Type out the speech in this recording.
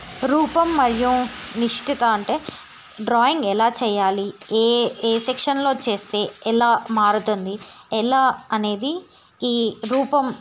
రూపం మరియు నిష్టిత అంటే డ్రాయింగ్ ఎలా చేయాలి ఏ సెక్షన్లో చేస్తే ఎలా మారుతుంది ఎలా అనేది ఈ రూపం